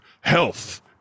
health